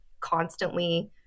constantly